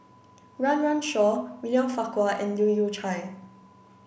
Run Run Shaw William Farquhar and Leu Yew Chye